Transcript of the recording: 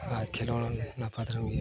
ᱟᱨ ᱠᱷᱮᱞᱳᱰ ᱱᱟᱯᱟᱭ ᱫᱷᱟᱨᱟᱢ ᱤᱭᱟᱹᱭᱟ